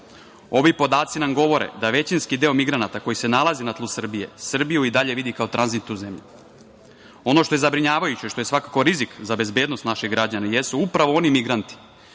Ovi podaci nam govore da većinski deo migranata, koji se nalazi na tlu Srbije, Srbiju i dalje vidi kao tranzitnu zemlju. Ono što je zabrinjavajuće, što je svakako rizik za bezbednost naših građana, jesu upravo oni migranti